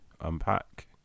unpack